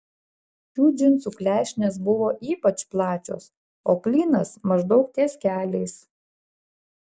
šių džinsų klešnės buvo ypač plačios o klynas maždaug ties keliais